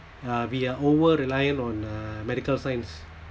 uh we are over reliant on uh medical science